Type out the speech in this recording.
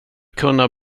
kunna